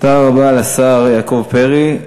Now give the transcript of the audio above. תודה רבה לשר יעקב פרי.